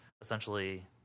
essentially